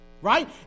right